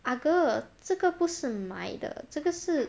ah girl 这个不是买的这个是